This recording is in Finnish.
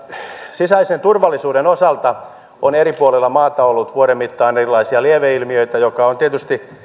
sisäisen turvallisuuden osalta on eri puolilla maata ollut vuoden mittaan erilaisia lieveilmiöitä mikä on tietysti